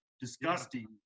disgusting